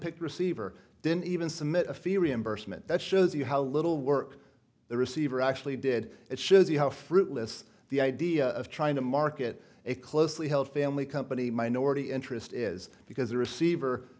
handpicked receiver didn't even submit a fee reimbursement that shows you how little work the receiver actually did it shows you how fruitless the idea of trying to market a closely held family company minority interest is because the receiver